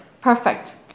perfect